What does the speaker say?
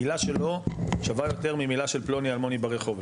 מילה שלו שווה יותר ממילה של פלוני אלמוני ברחוב,